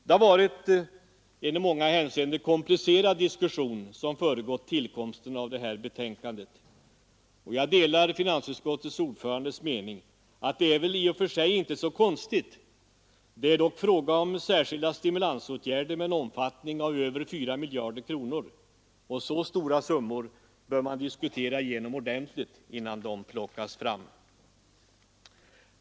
Det har varit en i många hänseenden komplicerad diskussion som föregått tillkomsten av det här betänkandet. Jag delar finansutskottets ordförandes mening att detta i och för sig inte är så konstigt. Det är dock fråga om särskilda stimulansåtgärder med en omfattning av över fyra miljarder kronor — innan så stora summor plockas fram bör man diskutera igenom det hela ordentligt.